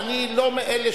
הוועדה היא ועדת חוקה,